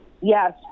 Yes